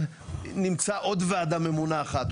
נמצא עוד ועדה ממונה אחת,